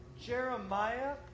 Jeremiah